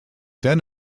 then